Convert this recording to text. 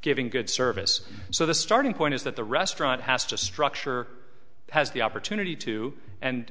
giving good service so the starting point is that the restaurant has to structure has the opportunity to and